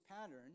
pattern